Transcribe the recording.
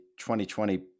2020